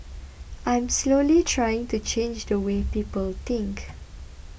I'm slowly trying to change the way people think